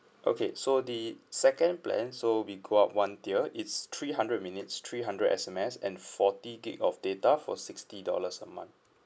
okay so the second plan so we go up one tier it's three hundred minutes three hundred S_M_S and forty gigabyte of data for sixty dollars a month